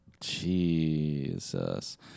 jesus